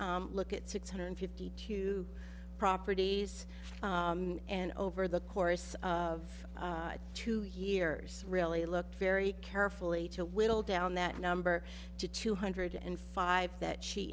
look at six hundred fifty two properties and over the course of two years really looked very carefully to whittle down that number to two hundred and five that she